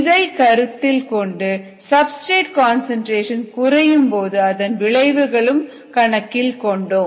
இதை கருத்தில் கொண்டு சப்ஸ்டிரேட் கன்சன்ட்ரேஷன் குறையும்போது அதன் விளைவுகளையும் கணக்கில் கொண்டோம்